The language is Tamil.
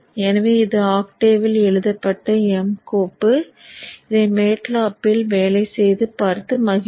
எனவே இது ஆக்டேவில் எழுதப்பட்ட m கோப்பு இதை MATLAB இல் வேலை செய்து பார்த்து மகிழவும்